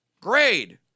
grade